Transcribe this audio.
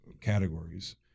categories